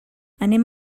anem